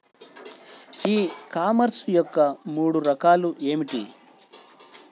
ఈ కామర్స్ యొక్క మూడు రకాలు ఏమిటి?